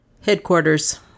Headquarters